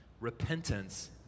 Repentance